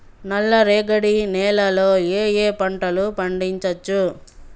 నల్లరేగడి నేల లో ఏ ఏ పంట లు పండించచ్చు?